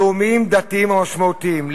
לאומיים, דתיים או משמעותיים.